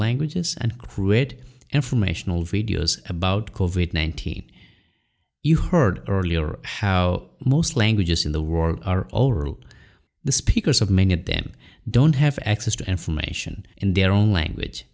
languages and create informational videos about kovite nineteen you heard earlier how most languages in the world are oral the speakers of many of them don't have access to information in their own language